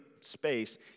space